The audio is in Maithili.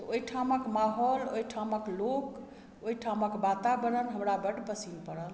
ओहिठामक माहौल ओहिठामक लोग ओहिठामक वातावरण हमरा बड पसींद परल